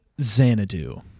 Xanadu